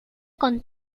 con